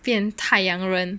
变太阳人